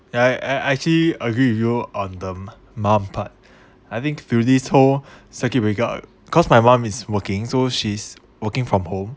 ya I I actually agree with you on the mum part I think through this whole circuit breaker cause my mom is working so she's working from home